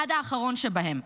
עד האחרון שבהם.